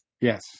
Yes